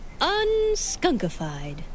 unskunkified